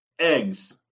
eggs